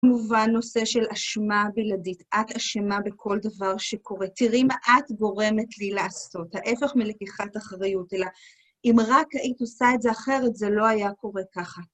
כמובן, נושא של אשמה בלעדית. את אשמה בכל דבר שקורה. תראי מה את גורמת לי לעשות. ההפך מלקיחת אחריות, אלא אם רק היית עושה את זה אחרת, זה לא היה קורה ככה.